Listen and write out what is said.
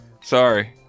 Sorry